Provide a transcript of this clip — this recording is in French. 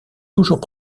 toujours